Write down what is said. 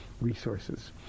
resources